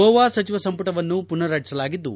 ಗೋವಾ ಸಚಿವ ಸಂಪುಟವನ್ನು ಪುನರ್ ರಚಿಸಲಾಗಿದ್ದು